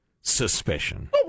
suspicion